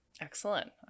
Excellent